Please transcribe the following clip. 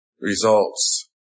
results